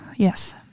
Yes